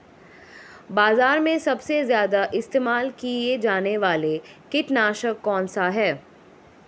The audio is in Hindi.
बाज़ार में सबसे ज़्यादा इस्तेमाल किया जाने वाला कीटनाशक कौनसा है?